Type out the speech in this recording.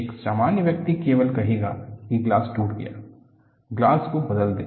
एक सामान्य व्यक्ति केवल कहेगा कि ग्लास टूट गया है ग्लास को बदल दें